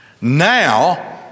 Now